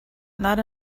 not